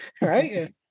Right